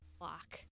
lock